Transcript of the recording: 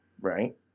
right